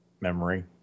memory